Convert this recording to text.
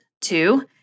Two